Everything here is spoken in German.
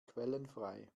quellenfrei